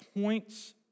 Points